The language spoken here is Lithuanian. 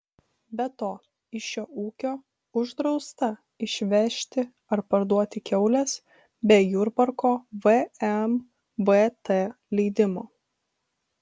be to iš šio ūkio uždrausta išvežti ar parduoti kiaules be jurbarko vmvt leidimo